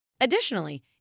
Additionally